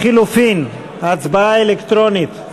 לחלופין, הצבעה אלקטרונית.